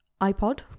iPod